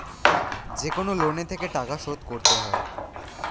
যেকনো লোনে থেকে থেকে টাকা শোধ করতে হয়